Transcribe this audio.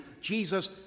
Jesus